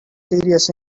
serious